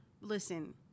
Listen